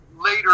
later